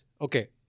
Okay